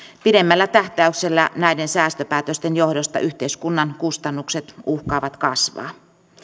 pidemmällä tähtäyksellä näiden säästöpäätösten johdosta yhteiskunnan kustannukset uhkaavat kasvaa